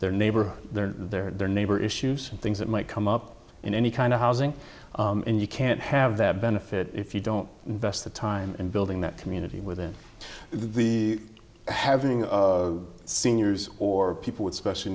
their their neighborhood their neighbor issues and things that might come up in any kind of housing and you can't have that benefit if you don't invest the time in building that community within the having of seniors or people with special